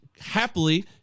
happily